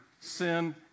sin